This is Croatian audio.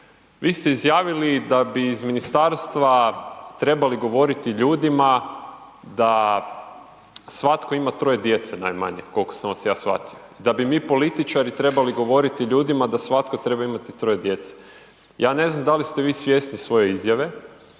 vi ste izjavili da bi iz ministarstva trebali govoriti ljudima da svatko ima 3 djece najmanje koliko sam vas ja shvatio, da bi mi političari trebali govoriti ljudima da svatko treba imati 3 djece. Ja ne znam da li ste vi svjesni svoje izjave